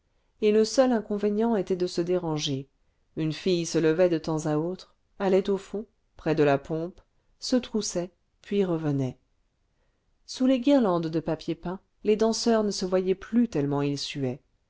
et le seul inconvénient était de se déranger une fille se levait de temps à autre allait au fond près de la pompe se troussait puis revenait sous les guirlandes de papier peint les danseurs ne se voyaient plus tellement